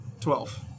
twelve